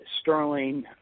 Sterling